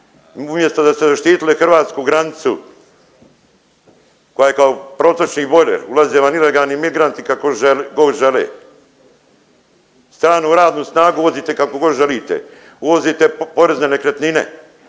Umjesto da ste zaštitili hrvatsku granicu koja je kao protočni bojler, ulaze vam ilegalni migranti kako god žele. Stranu radnu snagu uvozite kako god želite, uvozite porez na nekretnine,